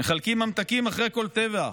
מחלקים ממתקים אחרי כל טבח,